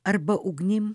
arba ugnim